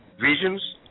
visions